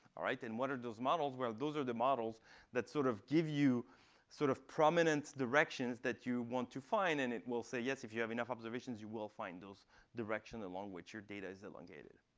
and what are those models? well, those are the models that sort of give you sort of prominent directions that you want to find. and it will say, yes, if you have enough observations, you will find those directions along which your data is elongated.